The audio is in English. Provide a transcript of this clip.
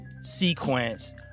sequence